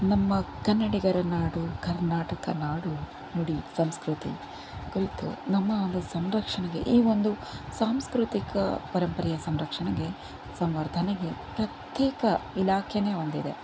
ನಮ್ಮ ಕನ್ನಡಿಗರ ನಾಡು ಕರ್ನಾಟಕ ನಾಡು ನುಡಿ ಸಂಸ್ಕೃತಿ ಕುರಿತು ನಮ್ಮ ಒಂದು ಸಂರಕ್ಷಣೆಗೆ ಈ ಒಂದು ಸಾಂಸ್ಕೃತಿಕ ಪರಂಪರೆಯ ಸಂರಕ್ಷಣೆಗೆ ಸಂವರ್ಧನೆಗೆ ಪ್ರತ್ಯೇಕ ಇಲಾಖೆನೆ ಹೊಂದಿದೆ